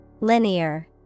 Linear